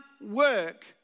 work